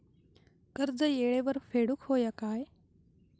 कर्ज येळेवर फेडूक होया काय?